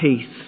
peace